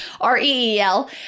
R-E-E-L